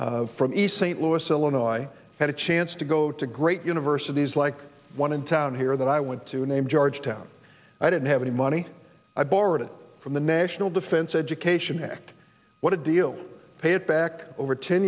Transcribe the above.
from east st louis illinois had a chance to go to great universities like one in town here that i went to named georgetown i didn't have any money i borrowed it from the national defense education act what a deal pay it back over ten